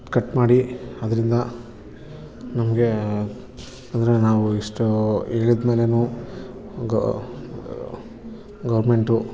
cut ಮಾಡಿ ಅದರಿಂದ ನಮಗೆ ಅಂದರೆ ನಾವು ಇಷ್ಟು ಹೇಳಿದ್ಮೇಲೇನು ಗವರ್ನ್ಮೆಂಟು